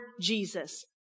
Jesus